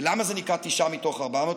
ולמה זה נקרא "תשעה מתוך ארבע מאות"?